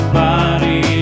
body